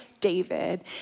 David